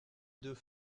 deux